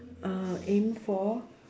uh aim for